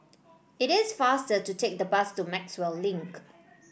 it is faster to take the bus to Maxwell Link